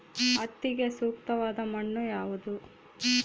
ಹತ್ತಿಗೆ ಸೂಕ್ತವಾದ ಮಣ್ಣು ಯಾವುದು?